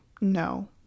No